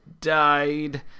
died